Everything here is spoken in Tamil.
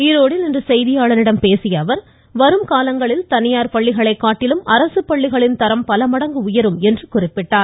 ஈரோடில் இன்று செய்தியாளர்களிடம் பேசிய அவர் வரும் காலங்களில் தனியார் பள்ளிகளைக் காட்டிலும் அரசுப்பள்ளிகளின் தரம் பல மடங்கு உயரும் என்று குறிப்பிட்டார்